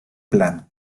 plano